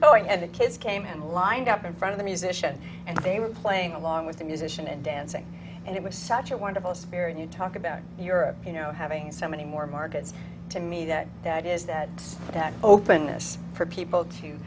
going and the kids came and lined up in front of the musician and they were playing along with the musician and dancing and it was such a wonderful spirit you talk about europe you know having so many more markets to me that that is that it's that openness for people to